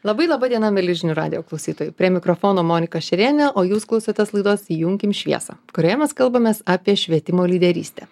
labai laba diena mieli žinių radijo klausytojai prie mikrofono monika šerėnė o jūs klausotės laidos įjunkim šviesą kurioje mes kalbamės apie švietimo lyderystę